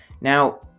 Now